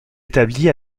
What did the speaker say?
établi